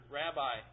rabbi